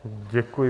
Děkuji.